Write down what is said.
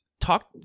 Talk